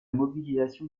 mobilisation